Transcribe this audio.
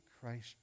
Christ